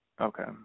Okay